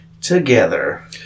together